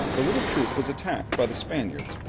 the little troop was attacked by the spaniards,